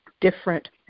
different